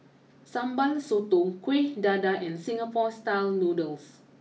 Sambal Sotong Kuih Dadar and Singapore style Noodles